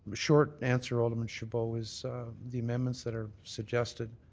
short answer alderman chabot is the amendments that are suggested